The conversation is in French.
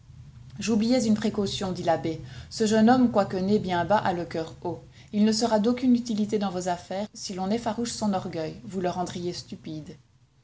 j'oubliais une précaution dit l'abbé ce jeune homme quoique né bien bas a le coeur haut il ne sera d'aucune utilité dans vos affaires si l'on effarouche son orgueil vous le rendriez stupide